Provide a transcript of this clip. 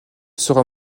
sera